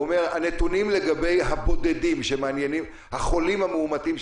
הוא אומר שהנתונים לגבי החולים המאומתים,